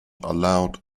allowed